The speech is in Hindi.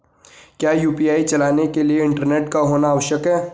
क्या यु.पी.आई चलाने के लिए इंटरनेट का होना आवश्यक है?